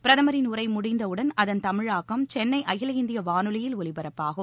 பிரதமின் உரை முடிந்தவுடன் அதன் தமிழாக்கம் சென்னை அகில இந்திய வானொலியில் ஒலிபரப்பாகும்